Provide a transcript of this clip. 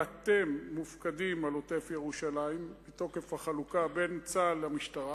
ואתם מופקדים על עוטף-ירושלים מתוקף החלוקה בין צה"ל למשטרה,